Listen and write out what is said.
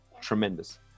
Tremendous